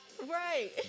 Right